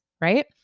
right